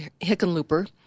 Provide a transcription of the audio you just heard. Hickenlooper